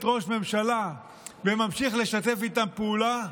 את ראש הממשלה וממשיך לשתף איתם פעולה,